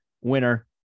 winner